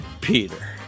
Peter